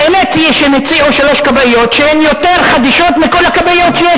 האמת היא שהם הציעו שלוש כבאיות שהן יותר חדישות מכל הכבאיות שיש